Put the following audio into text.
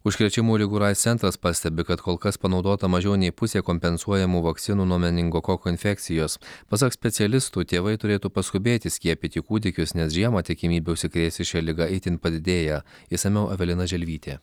užkrečiamų ligų ir aids centras pastebi kad kol kas panaudota mažiau nei pusė kompensuojamų vakcinų nuo meningokoko infekcijos pasak specialistų tėvai turėtų paskubėti skiepyti kūdikius nes žiemą tikimybė užsikrėsti šia liga itin padidėja išsamiau evelina želvytė